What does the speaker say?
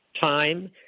time